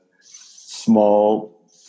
small